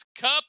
cup